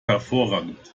hervorragend